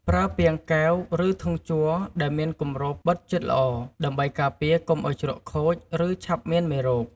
ប្រើពាងកែវ ឬធុងជ័រដែលមានគម្របបិទជិតល្អ ដើម្បីការពារកុំឱ្យជ្រក់ខូច ឬឆាប់មានមេរោគ។